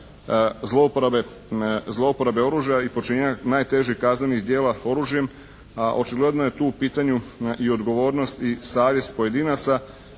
zlouporabe oružja i počinjenja najtežih kaznenih djela oružjem, a očigledno je tu u pitanju i odgovornost i savjest pojedinaca.